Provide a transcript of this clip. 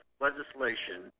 legislation